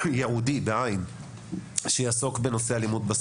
ייעודי שיעסוק בנושא האלימות בספורט.